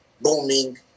booming